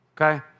okay